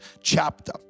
chapter